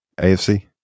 AFC